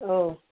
औ